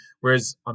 Whereas